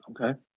Okay